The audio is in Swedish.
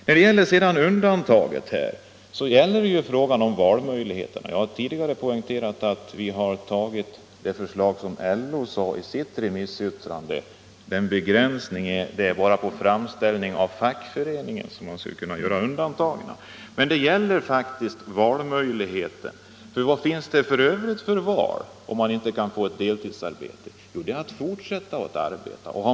När det gäller undantagen har jag tidigare poängterat att vi har följt det förslag som LO förde fram i sitt remissyttrande. Det är alltså bara på framställning av fackföreningen som man skall kunna göra undantag. Här gäller det faktiskt valmöjligheten, för vad finns det i övrigt för val, om man inte kan få ett deltidsarbete? Jo, det är att fortsätta att arbeta.